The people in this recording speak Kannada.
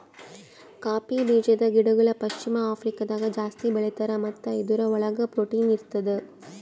ಕೌಪೀ ಬೀಜದ ಗಿಡಗೊಳ್ ಪಶ್ಚಿಮ ಆಫ್ರಿಕಾದಾಗ್ ಜಾಸ್ತಿ ಬೆಳೀತಾರ್ ಮತ್ತ ಇದುರ್ ಒಳಗ್ ಪ್ರೊಟೀನ್ ಇರ್ತದ